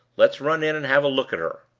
let's run in and have a look at her.